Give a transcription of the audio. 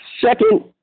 second